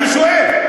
אני שואל.